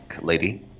lady